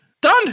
Done